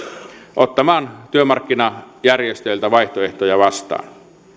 ottamaan työmarkkinajärjestöiltä vaihtoehtoja vastaan